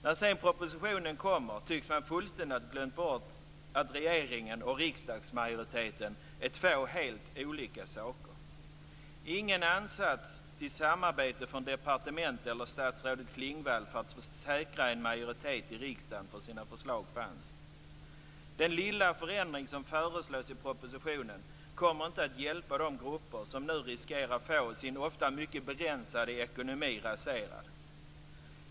När sedan propositionen kommer tycks man fullständigt ha glömt bort att regeringen och riksdagsmajoriteten är två helt olika saker. Ingen ansats fanns till samarbete från departementet eller från statsrådet Klingvall för att säkra en majoritet i riksdagen för förslagen. Den lilla förändring som föreslås i propositionen kommer inte att hjälpa de grupper som nu riskerar att få sin, ofta mycket begränsade, ekonomi raserad.